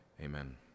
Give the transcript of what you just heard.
Amen